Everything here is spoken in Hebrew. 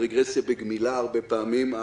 רגרסיה בגמילה הרבה פעמים.